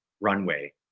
runway